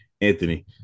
Anthony